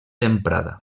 emprada